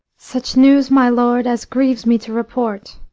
such news, my lord, as grieves me to report.